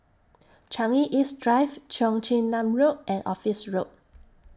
Changi East Drive Cheong Chin Nam Road and Office Road